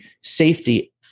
safety